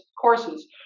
courses